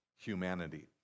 humanity